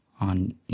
on